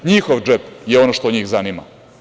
Njihov džep je ono što njih zanima.